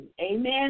Amen